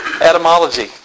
Etymology